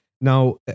Now